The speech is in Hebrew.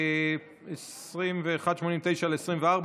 2189/24,